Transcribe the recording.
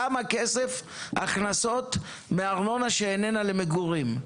כמה כסף הכנסות מארנונה שלא למגורים?